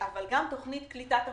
אבל גם תוכנית קליטת המתנדבים,